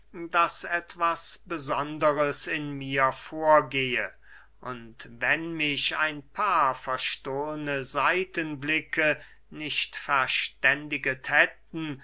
daß etwas besonderes in mir vorgehe und wenn mich ein paar verstohlne seitenblicke nicht verständiget hätten